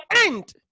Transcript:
end